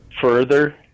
further